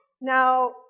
now